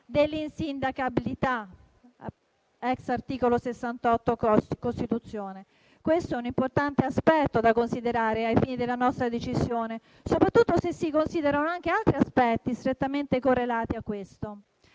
dell'insindacabilità *ex* articolo 68 della Costituzione? Questo è un importante aspetto da considerare ai fini della nostra decisione, soprattutto se si considerano anche altri aspetti strettamente correlati a questo.